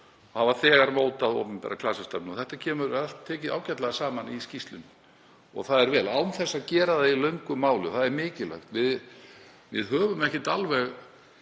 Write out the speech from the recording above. hafa þegar mótað opinbera klasastefnu. Þetta er allt tekið ágætlega saman í skýrslunni, það er vel, án þess að gera það í löngu máli. Það er mikilvægt. Við höfum ekki